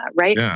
right